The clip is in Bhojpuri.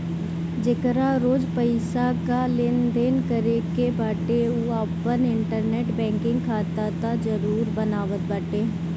जेकरा रोज पईसा कअ लेनदेन करे के बाटे उ आपन इंटरनेट बैंकिंग खाता तअ जरुर बनावत बाटे